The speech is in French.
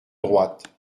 droite